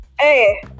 Hey